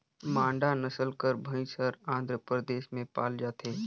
मांडा नसल कर भंइस हर आंध्र परदेस में पाल जाथे